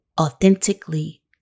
authentically